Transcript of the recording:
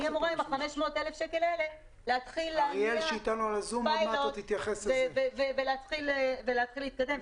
אני אמורה עם ה-500,000 האלה להתחיל להניע פיילוט ולהתחיל להתקדם.